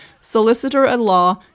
solicitor-at-law